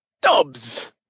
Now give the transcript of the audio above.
Dubs